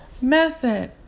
Method